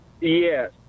Yes